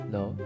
？No 。